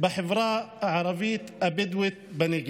בחברה הערבית הבדואית בנגב.